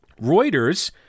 Reuters